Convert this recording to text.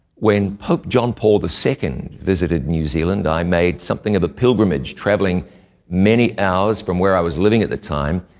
when pope john paul the second visited new zealand, i made something of a pilgrimage, traveling many hours from where i was living at the time,